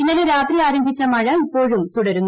ഇന്നലെ രാത്രി ആരംഭിച്ച മഴ ഇപ്പോഴും തുടരുന്നു